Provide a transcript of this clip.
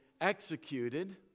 executed